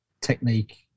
Technique